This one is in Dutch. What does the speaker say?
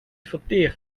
verteerd